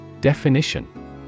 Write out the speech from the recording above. Definition